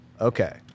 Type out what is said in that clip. Okay